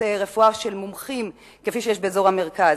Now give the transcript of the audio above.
רפואה של מומחים כפי שיש באזור המרכז,